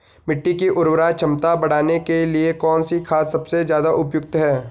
मिट्टी की उर्वरा क्षमता बढ़ाने के लिए कौन सी खाद सबसे ज़्यादा उपयुक्त है?